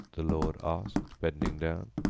the lord asked, bending down.